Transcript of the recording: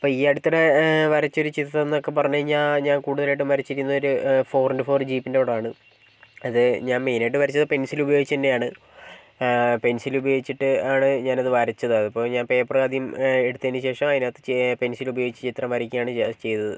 ഇപ്പോൾ ഈ അടുത്തിടെ വരച്ചൊരു ചിത്രം എന്നൊക്കെ പറഞ്ഞു കഴിഞ്ഞാൽ ഞാൻ കൂടുതലായിട്ടും വരച്ചിരിക്കുന്നത് ഫോർ ഇൻറ്റു ഫോർ ജീപ്പിൻറ്റെ പടമാണ് അത് ഞാൻ മെയിൻ ആയിട്ട് വരച്ചത് പെൻസിൽ ഉപയോഗിച്ച് തന്നെയാണ് പെൻസിൽ ഉപയോഗിച്ചിട്ട് ആണ് ഞാൻ അത് വരച്ചത് അത് അപ്പോൾ ഞാൻ പേപ്പർ ആദ്യം എടുത്തതിനുശേഷം അതിനകത്ത് പെൻസിൽ ഉപയോഗിച്ച് ചിത്രം വരയ്ക്കുകയാണ് ചെയ്തത്